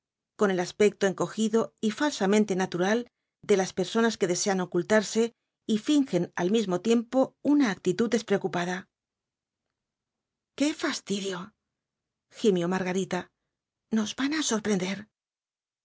con el aspecto encogido y falsamente natural de las personas que desean ocultarse y fingen al mismo tiempo una actitud despreocupada qué fastidio gimió margarita nos van á sorprender